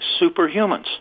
superhumans